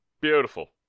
Beautiful